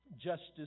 Justice